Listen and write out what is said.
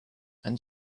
and